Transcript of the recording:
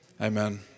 amen